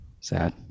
Sad